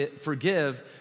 forgive